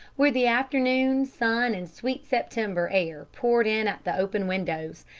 where the afternoon sun and sweet september air poured in at the open windows,